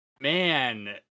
man